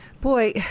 boy